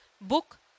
book